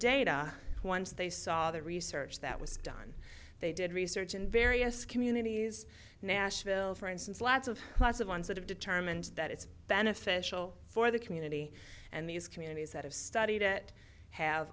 data once they saw the research that was done they did research in various communities nashville for instance lots of lots of ones that have determined that it's beneficial for the community and these communities that have studied it have